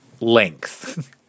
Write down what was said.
length